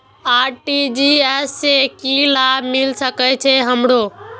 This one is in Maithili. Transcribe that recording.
आर.टी.जी.एस से की लाभ मिल सके छे हमरो?